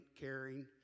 caring